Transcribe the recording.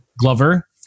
Glover